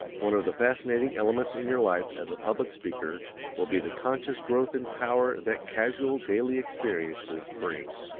one of the fascinating elements in your life as a public speaker will be the conscious growth in power that casual daily experiences bring.